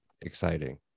exciting